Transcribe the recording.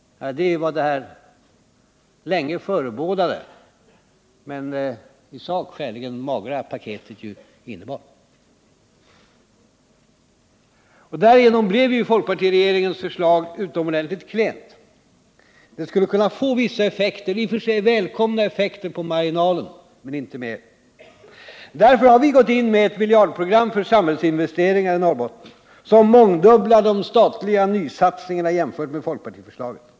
Det är vad detta länge förebådade men i sak skäligen magra paket innehåller. Därigenom blev folkpartiregeringens förslag utomordentligt klent. Det skulle kunna få vissa i och för sig välkomna effekter i marginalen men inte mer. Därför har vi gått in med ett miljardprogram för samhällsinvesteringar i Norrbotten, som mångdubblar de statliga nysatsningarna jämfört med folkpartiförslaget.